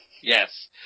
Yes